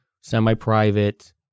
semi-private